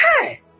Hey